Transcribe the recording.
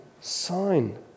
sign